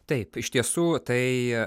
taip iš tiesų tai